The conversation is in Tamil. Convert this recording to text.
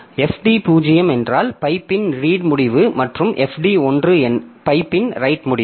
fd 0 என்றால் பைப்பின் ரீட் முடிவு மற்றும் fd 1 பைப்பின் ரைட் முடிவு